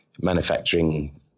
manufacturing